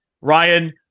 Ryan